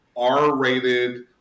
R-rated